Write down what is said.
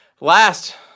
Last